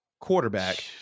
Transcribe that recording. quarterback